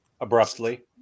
abruptly